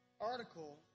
article